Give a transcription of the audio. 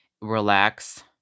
relax